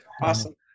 Awesome